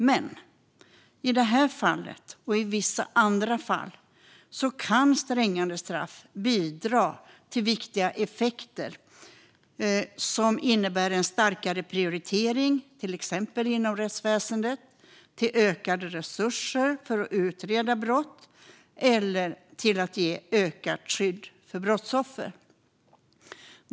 Men i det här fallet, och i vissa andra fall, kan strängare straff bidra till viktiga effekter som innebär en starkare prioritering, till exempel inom rättsväsendet, till ökade resurser för att utreda brott eller till att ge ökat skydd för brottsoffer.